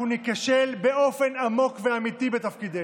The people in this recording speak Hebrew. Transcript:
אנחנו ניכשל באופן עמוק ואמיתי בתפקידנו.